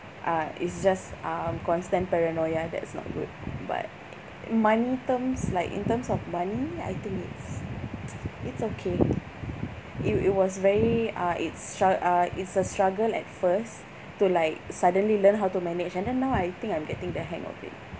uh it's just um constant paranoia that's not good but money terms like in terms of money I think it's it's okay it it was very uh it's stru~ uh it's a struggle at first to like suddenly learn how to manage and then now I think I'm getting the hang of it